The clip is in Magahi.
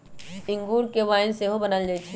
इंगूर से वाइन सेहो बनायल जाइ छइ